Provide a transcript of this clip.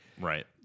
Right